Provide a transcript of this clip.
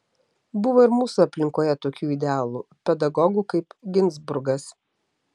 buvo ir mūsų aplinkoje tokių idealų pedagogų kaip ginzburgas